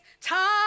time